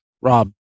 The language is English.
rob